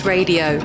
Radio